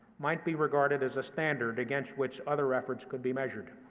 might be regarded as a standard against which other efforts could be measured.